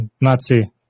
Nazi